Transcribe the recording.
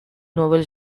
nobel